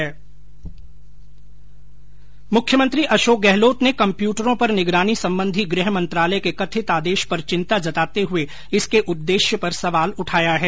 मुख्यमंत्री अशोक गहलोत ने कम्प्यूटरों पर निगरानी संबंधी गृह मंत्रालय के कथित आदेश पर चिंता जताते हए इसके उददेश्य पर संवाल उठाया है